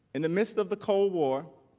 in the midst of the cold war,